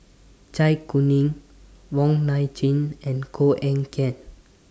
Zai Kuning Wong Nai Chin and Koh Eng Kian